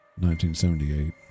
1978